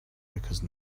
because